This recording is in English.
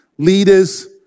leaders